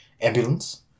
ambulance